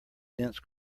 dense